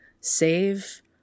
save